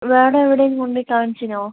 വേറെ എവിടെയേലും കൊണ്ടുപോയി കാണിച്ചിരുന്നോ